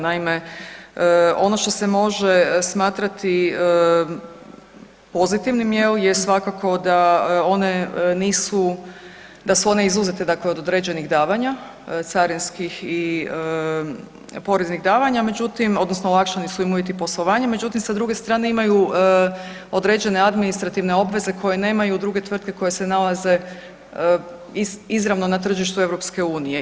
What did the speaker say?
Naime, ono što se može smatrati pozitivnim jel je svakako da one nisu, da su one izuzete dakle od određenih davanja, carinskih i poreznih davanja, međutim odnosno olakšani su im uvjeti poslovanja, međutim sa druge strane imaju određene administrativne obveze koje nemaju druge tvrtke koje se nalaze izravno na tržištu EU.